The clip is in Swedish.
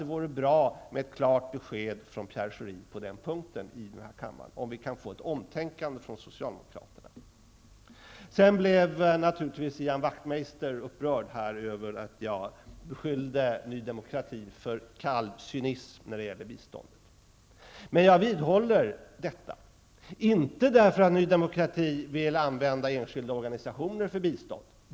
Det vore bra med ett klart besked från Pierre Schori vad gäller om vi kan få ett omtänkande från socialdemokraterna på den punkten. Ian Wachtmeister blev naturligtvis upprörd över att jag beskyllde nydemokrati för kall cynism när det gäller biståndet. Men jag vidhåller detta. Anledningen är inte den att nydemokrati vill använda enskilda organisationer för bistånd.